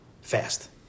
fast